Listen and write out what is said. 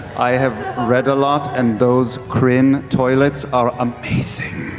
i have read a lot and those kryn toilets are amazing.